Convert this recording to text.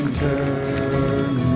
turn